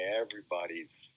everybody's